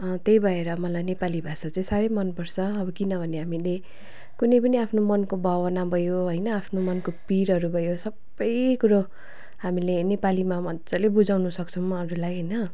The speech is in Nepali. त्यही भएर मलाई नेपाली भाषा चाहिँ साह्रै मनपर्छ अब किनभने हामीले कुनै पनि आफ्नो मनको भावना भयो होइन आफ्नो मनको पिरहरू भयो सबै कुरो हामीले नेपालीमा मजाले बुझाउनु सक्छौँ अरूलाई होइन